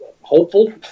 Hopeful